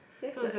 that's ni~